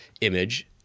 image